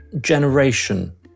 generation